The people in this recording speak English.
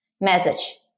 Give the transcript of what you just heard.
message